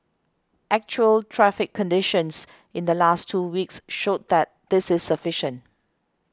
actual traffic conditions in the last two weeks showed that this is sufficient